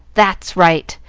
that's right!